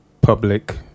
public